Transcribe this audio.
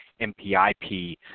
MPIP